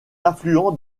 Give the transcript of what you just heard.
affluent